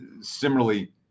similarly